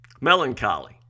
Melancholy